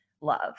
love